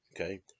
okay